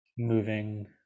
Moving